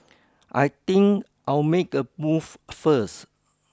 I think I'll make a move first